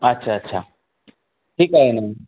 अच्छा अच्छा ठीक आहे ना